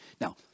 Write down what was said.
Now